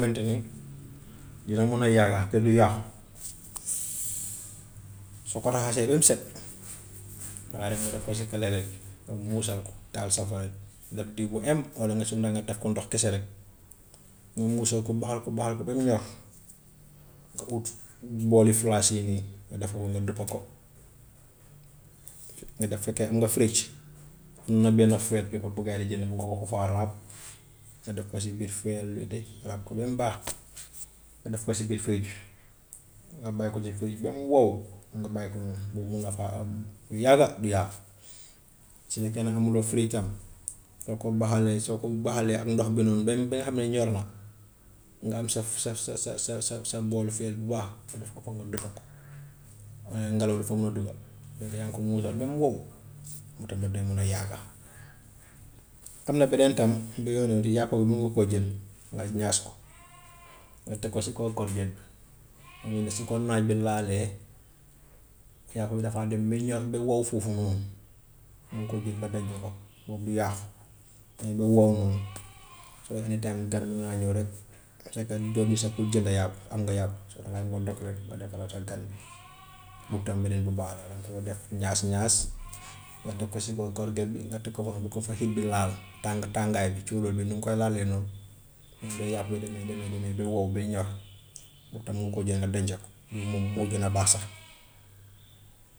Loolu tamit dina mun a yàgga te du yàqu. Soo ko raxasee ba mu set dangay dem nga def ko si bi, nga muusal ko, taal safara bi, def diw bu em, walla nga su neexee nga def ko ndox kese rek, nga muusal ko, baxal ko, baxal ko ba mu ñor nga ut booli yii nii nga def ko fa nga duppa ko, nga def fa ker nga frite, am na benn fridge bu gaa yi di jënd mun nga ko ko faa ràpp, nga def ko si biir fridge bi de ràpp ko ba mu baax, nga def ko si biir fridge, nga bàyyi ko si fridge ba mu wow, nga bàyyi ko noonu, boobu mun na faa am lu yàgga du yàqu. Su fekkee ne amuloo fridge tam soo ko baxalee soo ko baxalee ak ndox bi noonu ba mu ba nga xam ne ñor na nga am sa sa sa sa sa sa sa sa boolu fridge bu baax nga def ko nga dëppa ko, ngelaw du fa mun a dugga, fekk yaa ngi ko muusal ba mu wow moom tam daf dee mun a yàgga. Am na beneen tam bii yooyu noonu yàpp bi mun nga koo jël nga ñaas ko, nga teg ko si kaw bi, xam nga ne su ko naaj bi laalee yàpp bi dafay dem ba ñor ba wow foofu noonu, mun nga ko jël nga denc ko boobu du yàqu, mooy bu wow noonu. Su fekkee ne tamit gan mun naa ñëw rek, su fekkee ne doo mus a pour jënd yàpp am nga yàpp, so dangay ñëw dog rek nga defaral sa gan bi boobu tam beneen bu baax la danga ko def ñaas-ñaas nga teg ko si kaw bi nga teg ko foofu bu ko fa head bi laal tàng- tàngaay bi cóolóol bi nu mu koy laalee noonu noonu la yàpp bi demee demee demee ba wow ba ñor boobu tam mun nga koo jël nga denca ko boobu moom moo gën a baax sax.